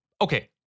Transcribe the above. okay